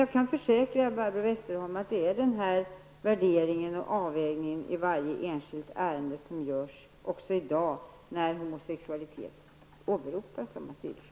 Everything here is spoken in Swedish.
Jag kan försäkra Barbro Westerholm att vi även i dag gör denna avvägning och denna värdering i varje enskilt ärende när homosexualitet åberopas som asylskäl.